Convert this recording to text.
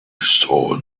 saw